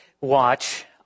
watch